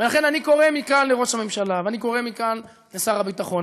לכן אני קורא מכאן לראש הממשלה ואני קורא מכאן לשר הביטחון,